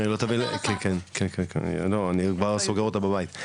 כן, כן, לא, אני כבר סוגר אותה בבית,